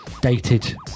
dated